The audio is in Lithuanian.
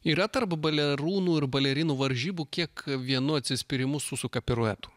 yra tarp balerūnų ir balerinų varžybų kiek vienu atsispyrimu susuka piruetų